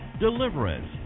Deliverance